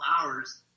hours